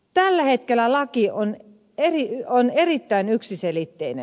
tällä hetkellä laki on erittäin yksiselitteinen